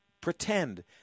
pretend